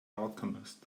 alchemist